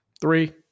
Three